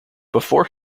before